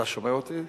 אתה שומע אותי?